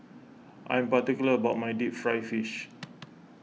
I'm particular about my Deep Fried Fish